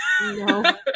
no